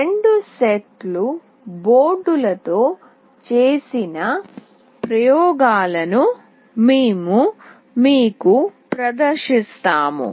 రెండు సెట్ల బోర్డులతో చేసిన ప్రయోగాలను మేము మీకు ప్రదర్శిస్తాము